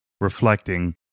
reflecting